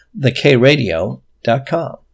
thekradio.com